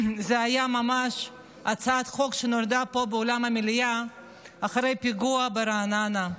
זאת הייתה ממש הצעת חוק שנולדה פה באולם המליאה אחרי הפיגוע ברעננה.